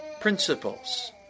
principles